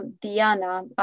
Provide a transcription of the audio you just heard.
Diana